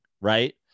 right